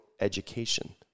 education